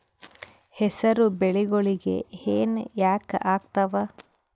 ಹೆಸರು ಬೆಳಿಗೋಳಿಗಿ ಹೆನ ಯಾಕ ಆಗ್ತಾವ?